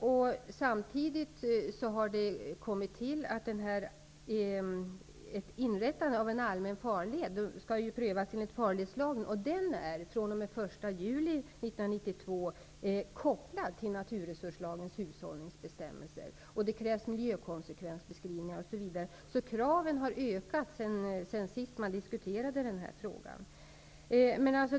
Det har sedan tillkommit att ett inrättande av en allmän farled skall prövas enligt farledslagen. Lagen är sedan den Miljökonsekvensbeskrivningar krävs osv. Kraven har ökat sedan man senast diskuterade denna fråga.